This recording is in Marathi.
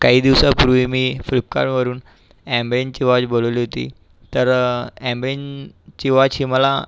काही दिवसापूर्वी मी फ्लिपकारवरून ॲम्बेनची वॉच बोलवली होती तर ॲम्बेन ची वॉच ही मला